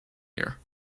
here